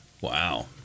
Wow